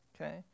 okay